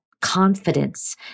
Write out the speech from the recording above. confidence